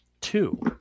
Two